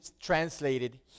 translated